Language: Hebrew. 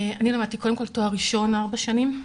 קודם כל למדתי תואר ראשון ארבע שנים.